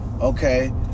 okay